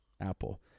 Apple